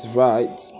right